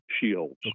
shields